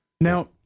now